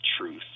truth